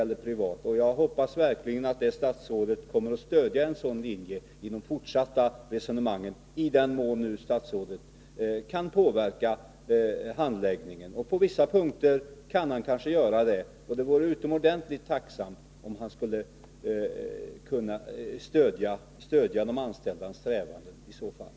Vill statsrådet medverka till att tjänstebrevsrätt inte i fortsättningen utnyttjas i kommersiellt sammanhang samt i övrigt till att såvitt möjligt neutral konkurrens upprätthålls mellan statliga och privata plantskolor?